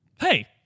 Hey